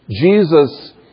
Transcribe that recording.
Jesus